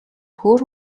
хөөр